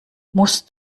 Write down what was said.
musst